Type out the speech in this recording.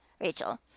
Rachel